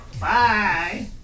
Bye